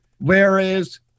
Whereas